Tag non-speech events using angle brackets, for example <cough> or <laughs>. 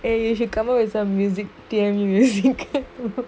eh you should come up with a music~ musical <laughs>